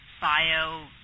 bio